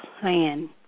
plan